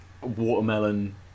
watermelon